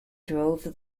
drove